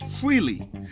freely